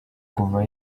kuva